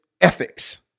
ethics